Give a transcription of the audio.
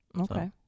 Okay